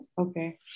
Okay